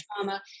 trauma